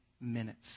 minutes